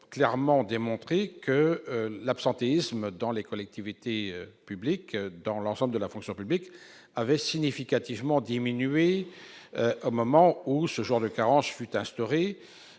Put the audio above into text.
clairement démontré que l'absentéisme dans les collectivités publiques dans l'ensemble de la fonction publique avait significativement diminué au moment où ce jour de carence fut instaurée